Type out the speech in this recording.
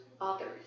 others